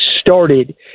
started